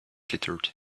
glittered